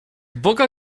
boga